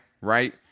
right